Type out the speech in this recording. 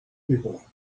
people